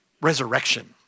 Resurrection